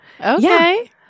Okay